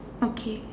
okay